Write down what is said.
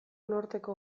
norteko